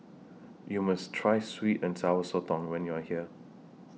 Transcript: YOU must Try Sweet and Sour Sotong when YOU Are here